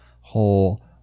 whole